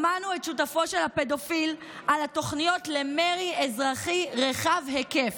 שמענו את שותפו של הפדופיל על התוכניות למרי אזרחי רחב היקף: